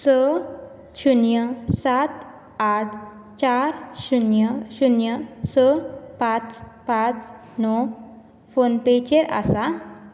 हो स शुन्य सात आठ चार शुन्य शुन्य स पांच पांच णव फोन पेचेर आसा